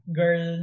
girl